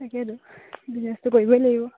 তাকেতো বিজনেছটো কৰিবই লাগিব